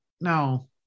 No